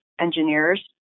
engineers